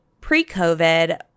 pre-COVID